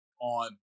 on